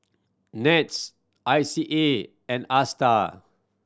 NETS I C A and Astar